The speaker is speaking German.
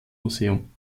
museum